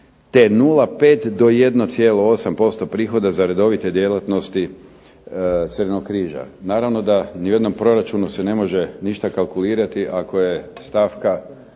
te 0,5 do 1,8% prihoda za redovite djelatnosti Crvenog križa. Naravno da niti u jednom proračunu se ne može ništa kalkulirati ako je stavka